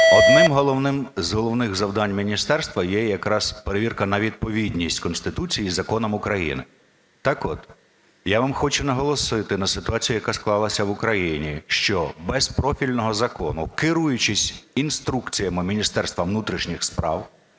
Одним з головних завдань міністерства є якраз перевірка на відповідність Конституції і законам України. Так от, я вам хочу наголосити на ситуації, яка склалася в Україні, що без профільного закону, керуючись інструкціями Міністерства внутрішніх справ,